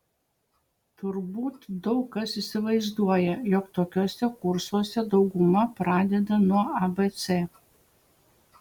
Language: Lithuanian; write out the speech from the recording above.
turbūt daug kas įsivaizduoja jog tokiuose kursuose dauguma pradeda nuo abc